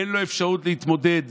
אין לו אפשרות להתמודד